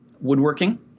woodworking